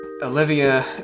Olivia